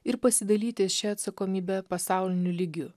ir pasidalyti šia atsakomybe pasauliniu lygiu